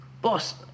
Boss